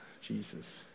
Jesus